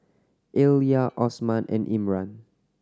Alya Osman and Imran